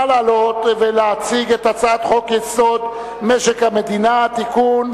נא לעלות ולהציג את הצעת חוק-יסוד: משק המדינה (תיקון,